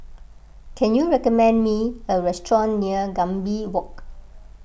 can you recommend me a restaurant near Gambir Walk